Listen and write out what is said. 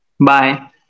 Bye